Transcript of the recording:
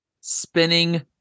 spinning